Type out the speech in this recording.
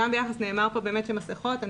נאמר פה שלגבי מסכות,